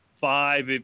five